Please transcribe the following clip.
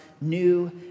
new